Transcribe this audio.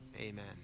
Amen